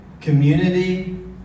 community